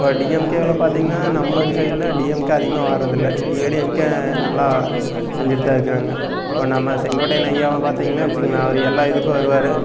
இப்போது டிஎம்கேயில் பார்த்திங்கன்னா நம்ம ஊர் சைடில் டிஎம்கே அதிகமாக வரதுல்ல ஏடிஎம்கே நல்லா செஞ்சிட்டு தான் இருக்கிறாங்க இப்போ நம்ம செங்கோட்டையன் ஐயாவை பார்த்திங்கன்னா வச்சுக்கோங்களேன் அவர் எல்லா இதுக்கும் வருவார்